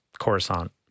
Coruscant